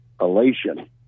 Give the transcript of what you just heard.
elation